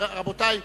רבותי,